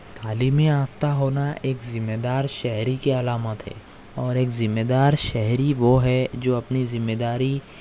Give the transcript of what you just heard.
تعلیم یافتہ ہونا ایک ذمہ دار شہری کی علامت ہے اور ایک ذمہ دار شہری وہ ہے جو اپنی ذمہ داری